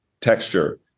texture